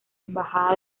embajada